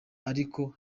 ariko